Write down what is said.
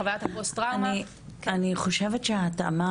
חווית הפוסט-טראומה --- אני חושבת שההתאמה